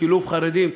שילוב חרדים,